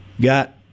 got